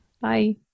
Bye